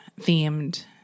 themed